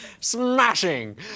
Smashing